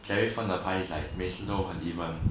jerry 每次都很 even